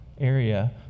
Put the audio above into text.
area